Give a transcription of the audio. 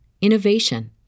innovation